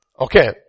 Okay